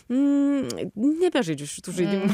nebežaidžiu šitų žaidimų